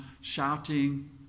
shouting